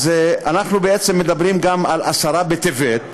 אנחנו מדברים גם על עשרה בטבת,